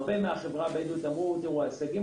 הרבה מהחברה הבדואית אמרו שההישגים